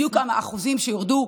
בדיוק על האחוזים שירדו.